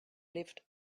lived